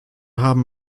haben